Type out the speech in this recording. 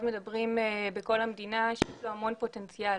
מדברים בכל המדינה כמי שיש לו המון פוטנציאל